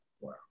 wow